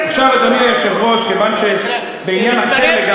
תהיה קונקרטי, תענה על ההצעות.